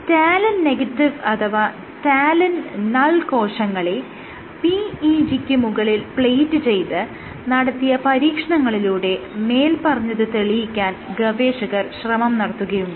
talin negative അഥവാ റ്റാലിൻ null കോശങ്ങളെ PEG ക്ക് മുകളിൽ പ്ലേറ്റ് ചെയ്ത് നടത്തിയ പരീക്ഷണങ്ങളിലൂടെ മേല്പറഞ്ഞത് തെളിയിക്കാൻ ഗവേഷകർ ശ്രമം നടത്തുകയുണ്ടായി